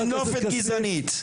טינופת גזענית.